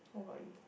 what about you